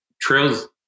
trails